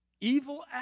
evil